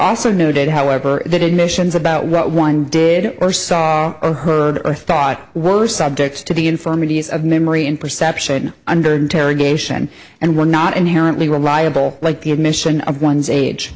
also noted however that admissions about what one did or saw or heard or thought were subject to the infirmities of memory in perception under interrogation and were not inherently reliable like the admission of one's age